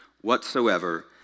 whatsoever